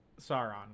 sauron